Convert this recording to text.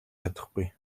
чадахгүй